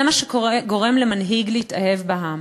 זה מה שגורם למנהיג להתאהב בעם.